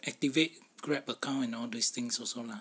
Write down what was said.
activate grab account and all these things also lah